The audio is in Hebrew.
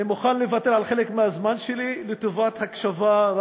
אני מוכן לוותר על חלק מהזמן שלי לטובת הקשבה.